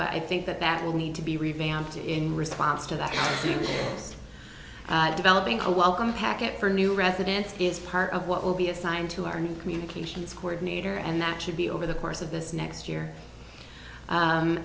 but i think that that will need to be revamped in response to that developing a welcome package for new residents is part of what will be assigned to our new communications coordinator and that should be over the course of this next